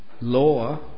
Law